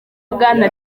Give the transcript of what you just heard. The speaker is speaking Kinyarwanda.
bwana